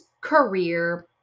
career